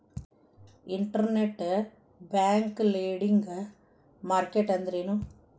Internet bank lending market ಅಂದ್ರೇನು?